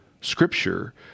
scripture